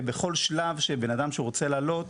בכל שלב של בן אדם שהוא רוצה לעלות,